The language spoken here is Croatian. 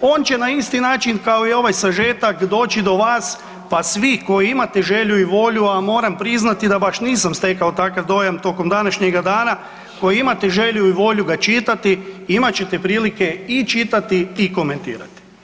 on će na isti način kao i ovaj sažetak doći do vas pa svi koji imate želju i volju, a moram priznati da baš nisam stekao takav dojam tokom današnjega dana, koji imate želju i volju ga čitati, imat ćete prilike i čitati i komentirati.